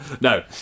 no